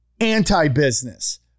anti-business